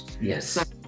Yes